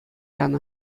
янӑ